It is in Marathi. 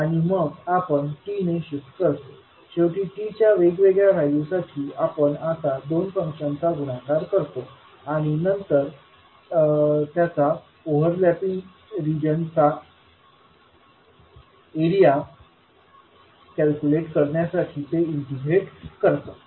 आणि मग आपण t ने शिफ्ट करतो आणि शेवटी t च्या वेगवेगळ्या व्हॅल्यू साठी आपण आता दोन फंक्शन्स चा गुणाकार करतो आणि नंतर त्याच्या ओव्हरलॅपिंग रिजन चा एरिया कॅल्क्युलेट करण्यासाठी ते इंटिग्रेट करतो